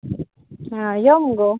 आं यो मुगो